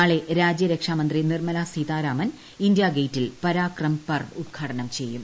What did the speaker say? നാളെ രാജ്യരക്ഷാ മന്ത്രി നിർമ്മല സീതാരാമൻ ഇന്ത്യാഗേറ്റിൽ പരാക്രം പർവ് ഉദ്ഘാടനം ചെയ്യും